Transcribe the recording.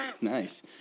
Nice